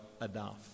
enough